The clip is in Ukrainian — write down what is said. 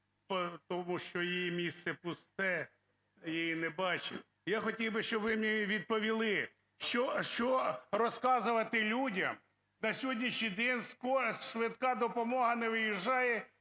тому що її місце пусте, я її не бачив. Я хотів би, щоб ви мені відповіли, що розказувати людям. На сьогоднішній день швидка допомога не виїжджає,